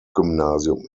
gymnasium